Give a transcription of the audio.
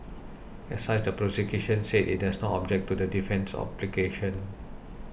as such the prosecution said it does not object to the defence's application